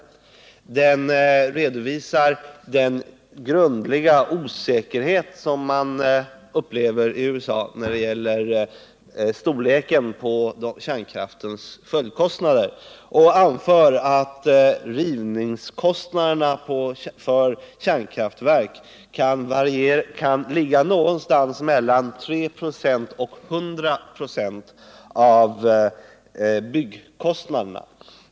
Rapporten ger en redovisning av den grundliga osäkerhet som man upplever i USA när det gäller storleken på kärnkraftens följdkostnader, och där anförs att rivningskostnaderna för kärnkraftverk ligger någonstans mellan 3 26 och 100 96 av byggkostnaderna.